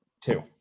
Two